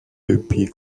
depuis